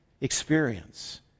experience